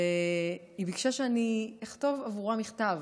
והיא ביקשה שאני אכתוב עבורה מכתב,